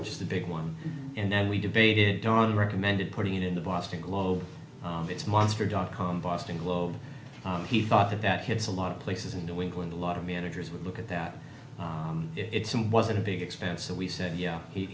which is the big one and then we debated on recommended putting it in the boston globe this monster dot com boston globe he thought that that hits a lot of places in new england a lot of managers would look at that it some wasn't a big expense so we said yeah he